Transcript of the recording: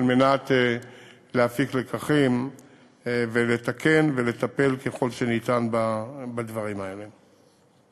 על מנת להפיק לקחים ולתקן ולטפל ככל שניתן בדברים האלה.